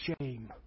shame